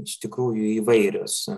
iš tikrųjų įvairios